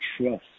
trust